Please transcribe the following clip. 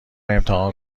امتحان